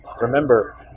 Remember